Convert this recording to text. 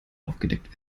aufgedeckt